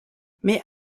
mais